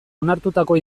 onartutako